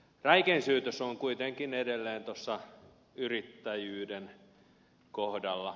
räikein syytös on kuitenkin edelleen yrittäjyyden kohdalla